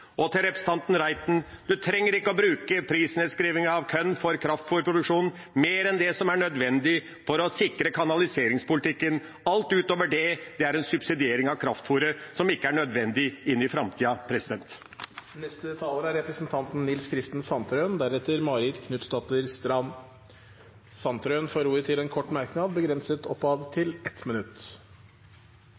Og til representanten Reiten: En trenger ikke å bruke prisnedskriving for korn på kraftfôrproduksjonen mer enn det som er nødvendig for å sikre kanaliseringspolitikken. Alt utover det er en subsidiering av kraftfôret som ikke er nødvendig i framtida. Representanten Nils Kristen Sandtrøen har hatt ordet to ganger tidligere og får ordet til en kort merknad, begrenset til 1 minutt.